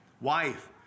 wife